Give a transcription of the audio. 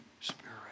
spirit